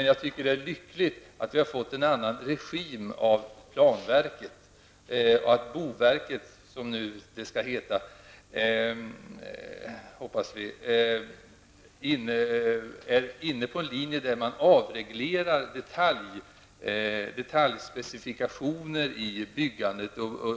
Jag tycker att det är lyckligt att vi får en annan regim av planverket och att boverket, som vi hoppas är inne på en linje där man avreglerar detaljspecifikationer i bostadsbyggandet.